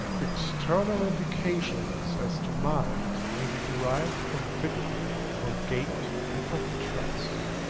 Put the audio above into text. external indications as to mind may be derived from figure, from gait, and from dress.